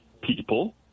people